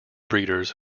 breeders